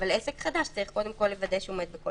עסק חדש צריך קודם כל לוודא שהוא עומד בכל